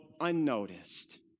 unnoticed